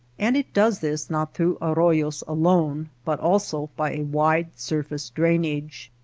and it does this not through arroyos alone, but also by a wide surface drainage.